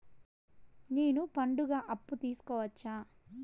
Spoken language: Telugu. నేను పండుగ అప్పు తీసుకోవచ్చా?